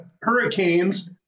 Hurricanes